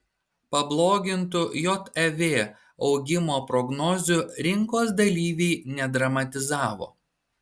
pablogintų jav augimo prognozių rinkos dalyviai nedramatizavo